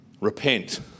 Repent